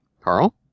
Carl